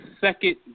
second